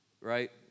right